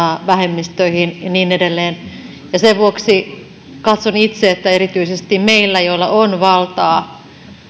vähemmistöihin ja niin edelleen sen vuoksi katson itse että erityisesti meillä joilla on valtaa